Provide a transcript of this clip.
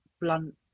blunt